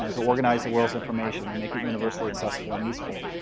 to organize the world's information and make it universally accessible and useful.